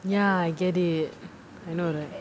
ya I get it I know right